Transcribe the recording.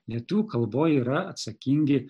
lietuvių kalboje yra atsakingi